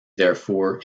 therefore